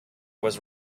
was